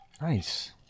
Nice